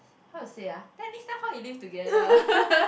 how to say ah then next time how you live together